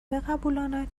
بقبولاند